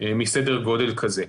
בסדר גודל כזה.